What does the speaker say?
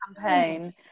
campaign